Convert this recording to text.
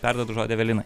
perduodu žodį evelinai